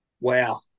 Wow